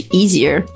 easier